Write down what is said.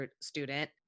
student